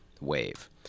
wave